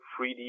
3D